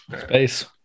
space